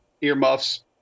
earmuffs